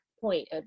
point